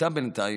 נדחתה בינתיים.